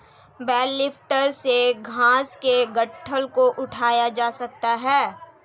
bell lifter से घास के गट्ठल को उठाया जा सकता है